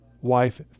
wife